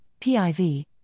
PIV